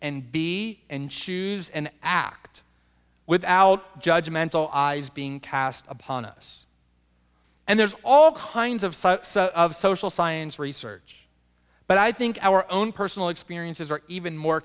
and be and choose and act without judge mental is being cast upon us and there's all kinds of social science research but i think our own personal experiences are even more